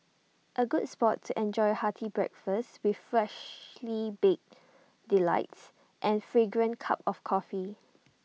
A good spot to enjoy hearty breakfast with freshly baked delights and fragrant cup of coffee